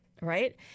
right